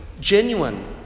Genuine